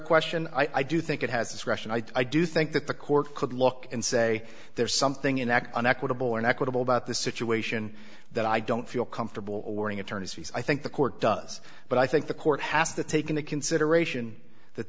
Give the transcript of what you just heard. question i do think it has discretion i do think that the court could look and say there's something in an equitable and equitable about the situation that i don't feel comfortable warning attorneys fees i think the court does but i think the court has to take into consideration that